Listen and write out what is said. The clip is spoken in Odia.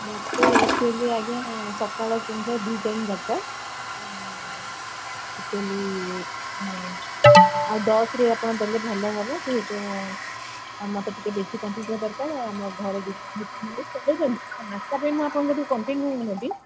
ମୋତେ ଆକ୍ଚୁଆଲି ଆଜ୍ଞା ସକାଳ ସନ୍ଧ୍ୟା ଦୁଇ ଟାଇମ୍ ଦରକାର ହଁ ଆକ୍ଚୁଆଲି ହଁ ଆଉ ଦଶରେ ଆପଣ ଦେଲେ ଭଲ ହବ ସେଇଠୁ ଆଉ ମୋତେ ଟିକେ ବେଶୀ କ୍ୱାଣ୍ଟିଟିର ଦରକାର ଆମ ଘରେ ନାସ୍ତା ପାଇଁ ମୁଁ ଆପଣଙ୍କଠୁ କଣ୍ଟିନ୍ୟୁ ନେବି